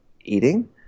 eating